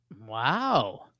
Wow